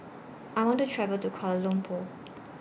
I want to travel to Kuala Lumpur